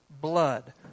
blood